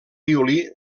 violí